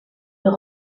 leur